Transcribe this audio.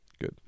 Good